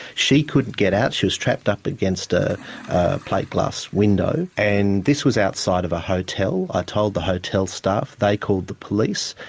she couldn't get out, she was trapped up against a plate glass window, and this was outside of a hotel. i told the hotel staff. they called the police.